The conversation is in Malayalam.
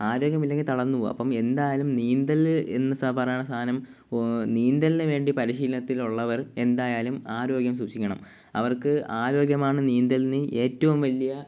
ആരോഗ്യമില്ലെങ്കില് തളർന്നുപോകും അപ്പോള് എന്തായാലും നീന്തല് എന്ന് പറയുന്ന സാധനം നീന്തലിന് വേണ്ടി പരിശീലനത്തിലുള്ളവർ എന്തായാലും ആരോഗ്യം സൂക്ഷിക്കണം അവർക്ക് ആരോഗ്യമാണ് നീന്തലിന് ഏറ്റവും വലിയ